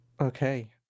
Okay